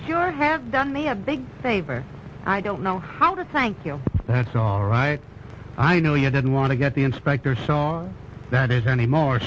your have done me a big favor i don't know how to thank you that's all right i know you didn't want to get the inspector sawyer that is any more